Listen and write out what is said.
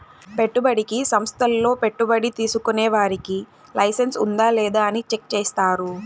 పెట్టుబడికి సంస్థల్లో పెట్టుబడి తీసుకునే వారికి లైసెన్స్ ఉందా లేదా అని చెక్ చేస్తారు